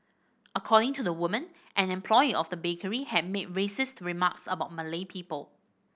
according to the woman an employee of the bakery had made racist remarks about Malay people